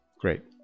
Great